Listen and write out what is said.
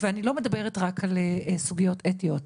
ואני לא מדברת רק על סוגיות אתיות.